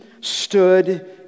stood